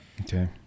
Okay